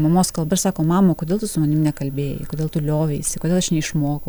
mamos kalba ir sako mama o kodėl tu su manimi nekalbėjai kodėl tu lioveisi kodėl aš neišmokau